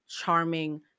charming